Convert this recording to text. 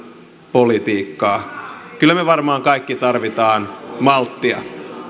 politiikkaa kyllä me kaikki varmaan tarvitsemme malttia